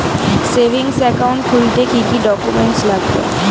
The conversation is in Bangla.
সেভিংস একাউন্ট খুলতে কি কি ডকুমেন্টস লাগবে?